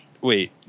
Wait